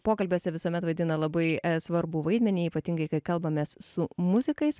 pokalbiuose visuomet vaidina labai svarbų vaidmenį ypatingai kai kalbamės su muzikais